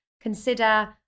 consider